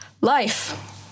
life